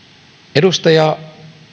edustaja